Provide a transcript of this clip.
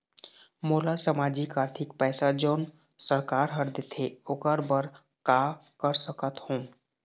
मोला सामाजिक आरथिक पैसा जोन सरकार हर देथे ओकर बर का कर सकत हो?